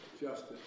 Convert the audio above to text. Justice